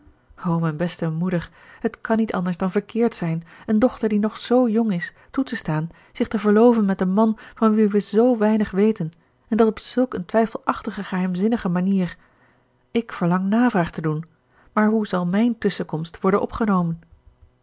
o mijn beste moeder het kan niet anders dan verkeerd zijn een dochter die nog zoo jong is toe te staan zich te verloven met een man van wien wij zoo weinig weten en dat op zulk een twijfelachtige geheimzinnige manier ik verlang navraag te doen maar hoe zal mijn tusschenkomst worden opgenomen